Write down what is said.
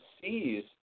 sees